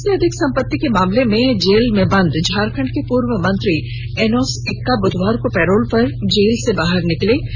आय से अधिक संपित्ता के मामले में जेल में बंद झारखंड के पूर्व मंत्री एनोस एक्का बुधवार को पैरोल पर जेल से बाहर निकले